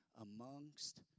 amongst